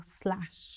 slash